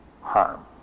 harm